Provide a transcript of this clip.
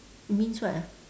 it means what ah